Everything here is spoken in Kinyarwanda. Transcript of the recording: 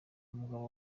umugabo